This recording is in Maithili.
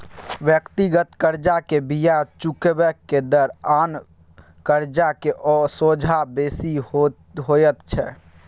व्यक्तिगत कर्जा के बियाज चुकेबाक दर आन कर्जा के सोंझा बेसी होइत छै